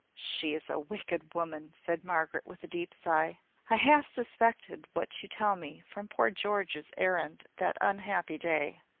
she is a wicked woman, said margaret, with a deep sigh. i half suspected what you tell me, from poor george's errand that unhappy day.